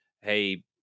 Hey